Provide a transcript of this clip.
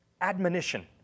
admonition